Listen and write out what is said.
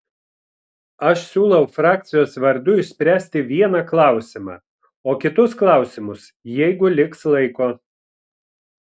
aš siūlau frakcijos vardu išspręsti vieną klausimą o kitus klausimus jeigu liks laiko